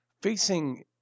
facing